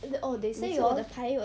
th~ oh they say hor